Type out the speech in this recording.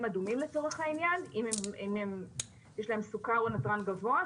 אדומים לצורך העניין אם יש להם סוכר או נתרן גבוה,